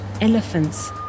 elephants